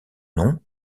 nom